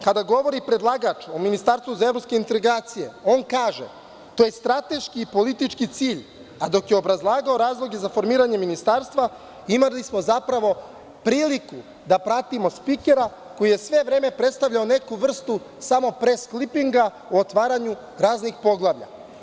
Kada govori predlagač o Ministarstvu za evropske integracije, on kaže – to je strateški i politički cilj, a dok je obrazlagao razloge za formiranje ministarstva, imali smo zapravo priliku da pratimo spikera koji je vreme predstavljao neku vrstu samo pres klipinga u otvaranju raznih poglavlja.